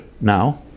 now